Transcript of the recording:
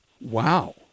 wow